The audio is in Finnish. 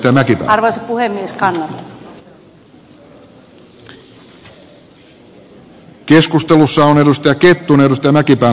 huomautan että tässä ehdotustentekovaiheessa on edustaja kettunen mustonen kiittää